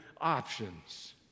options